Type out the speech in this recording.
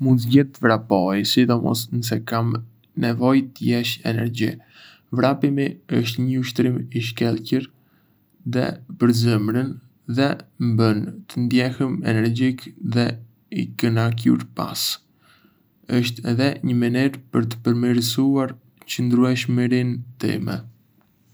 Mund të zgjedh të vrapoj, sidomos nëse kam nevojë të lësh energji. Vrapimi është një ushtrim i shkëlqyer për zemrën dhe më bën të ndjehem energjik dhe i kënaqur pas. Është edhé një mënyrë për të përmirësuar çëndrueshmërinë time.